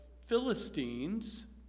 Philistines